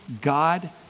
God